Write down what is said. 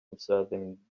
observing